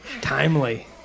Timely